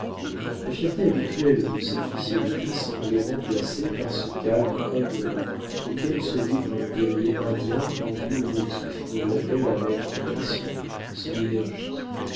la fierté habituelle de sa physionomie semblait remplacée par ce calme indolent auquel se livre un guerrier indien quand nul motif ne l'appelle à mettre en action son énergie